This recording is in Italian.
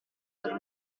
loro